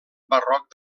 barroc